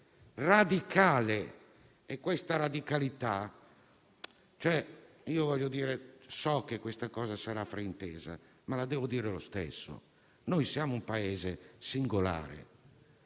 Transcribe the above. ma la devo dire lo stesso: noi siamo un Paese singolare.